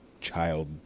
Child